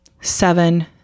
seven